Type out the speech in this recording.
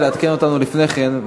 רק לעדכן אותנו לפני כן,